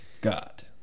God